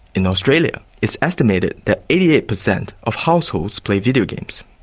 in australia it's estimated that eighty eight percent of households play videogames.